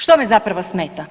Što me zapravo smeta?